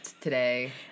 today